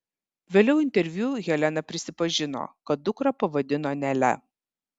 vėliau interviu helena prisipažino kad dukrą pavadino nele